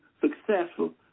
successful